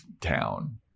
town